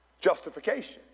Justification